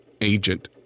agent